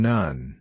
None